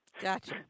Gotcha